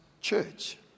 church